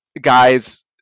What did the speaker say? Guys